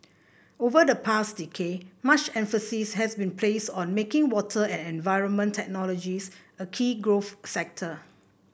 over the past decade much emphasis has been placed on making water and environment technologies a key growth sector